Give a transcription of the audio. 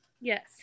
yes